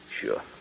sure